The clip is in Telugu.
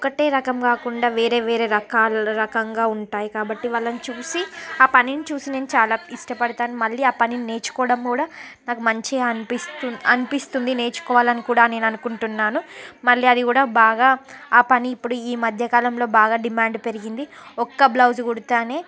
ఒక్కటే రకం కాకుండా వేరే వేరే రకాలు రకంగా ఉంటాయి కాబట్టి వాళ్ళని చూసి ఆ పనిని చూసి నేను చాలా ఇష్టపడతాను మళ్లీ ఆ పని నేర్చుకోవడం కూడా నాకు మంచిగా అనిపిస్తూ అనిపిస్తుంది నేర్చుకోవాలని కూడా నేను అనుకుంటున్నాను మళ్ళీ అది కూడా బాగా ఆ పని ఇప్పుడు ఈ మధ్యకాలంలో బాగా డిమాండ్ పెరిగింది ఒక్క బ్లౌజు కుడితేనే